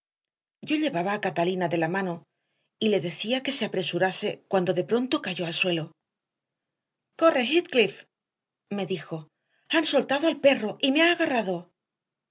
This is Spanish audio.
yo llevaba a catalina de la mano y le decía que se apresurase cuando de pronto cayó al suelo corre heathcliff me dijo han soltado al perro y me ha agarrado